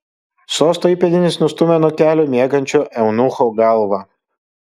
sosto įpėdinis nustūmė nuo kelių miegančio eunucho galvą